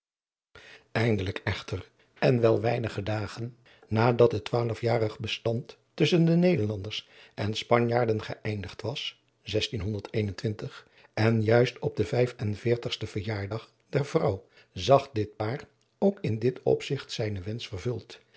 eindelijk echter en wel weinige dagen nadat het twaalfjarig bestand tusschen de nederlanders en spanjaarden geeindigd was en juist op den vijf en veertigsten verjaardag der vrouw zag dit paar ook in dit opzigt zijnen wensch vervuld